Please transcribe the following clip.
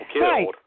Right